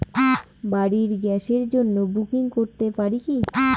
বাড়ির গ্যাসের জন্য বুকিং করতে পারি কি?